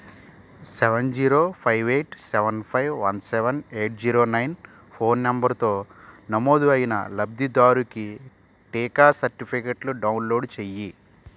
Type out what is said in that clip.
seven zero five eight seven five one seven eight zero nine phone నంబరుతో నమోదు అయిన లబ్ధిదారుకి టీకా సర్టిఫికేట్లు డౌన్లోడ్ చేయి